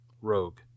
rogue